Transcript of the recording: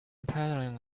paddling